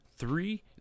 Three